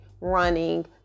running